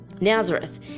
Nazareth